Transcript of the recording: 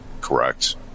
correct